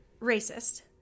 racist